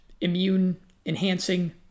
immune-enhancing